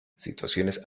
situaciones